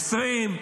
2020,